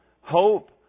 hope